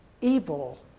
Evil